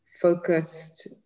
focused